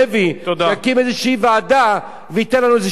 שיקים איזו ועדה וייתן לנו איזו המלצה.